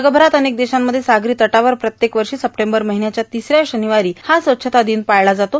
जगभरात अनेक देशांमध्ये सागरो तटावर प्रत्येक वर्षा सप्टबर र्माहन्याच्या र्मानवारो हा स्वच्छता र्दिवस पाळला जातो